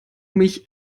mich